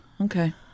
okay